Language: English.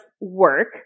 work